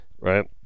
right